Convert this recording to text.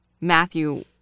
Matthew